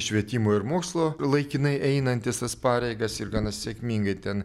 švietimo ir mokslo laikinai einantis tas pareigas ir gana sėkmingai ten